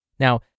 Now